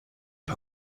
pas